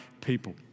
people